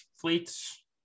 fleets